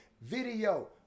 video